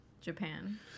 Japan